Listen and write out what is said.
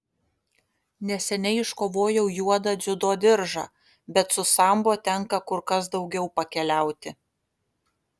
neseniai iškovojau juodą dziudo diržą bet su sambo tenka kur kas daugiau pakeliauti